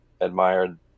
admired